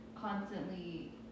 constantly